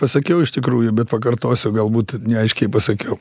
pasakiau iš tikrųjų bet pakartosiu galbūt neaiškiai pasakiau